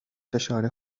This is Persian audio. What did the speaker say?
فشار